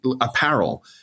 apparel